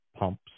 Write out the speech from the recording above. pumps